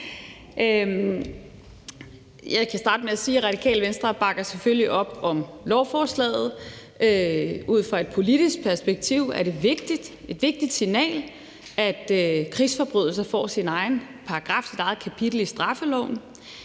Jeg kan starte med at sige, at Radikale Venstre selvfølgelig bakker op om lovforslaget. Ud fra et politisk perspektiv er det et vigtigt signal, at krigsforbrydelser får deres egen paragraf, deres eget kapitel i straffeloven.